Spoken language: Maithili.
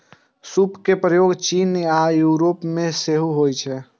सूप के उपयोग चीन आ यूरोप मे सेहो होइ छै